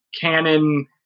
canon